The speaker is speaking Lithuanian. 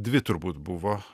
dvi turbūt buvo